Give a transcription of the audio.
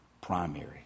primary